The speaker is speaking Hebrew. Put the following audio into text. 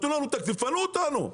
תתנו לנו תקציב ותפנו אותנו,